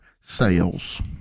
sales